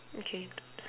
okay